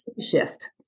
Shift